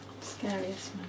Scariest